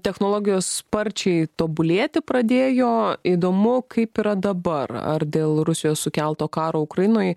technologijos sparčiai tobulėti pradėjo įdomu kaip yra dabar ar dėl rusijos sukelto karo ukrainoj